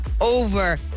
over